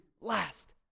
last